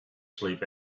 sleep